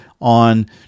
on